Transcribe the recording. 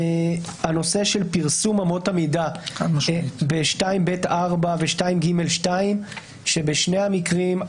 הנושא של פרסום אמות המידה ב-2ב(4) ו-2ג(2) שבשני המקרים,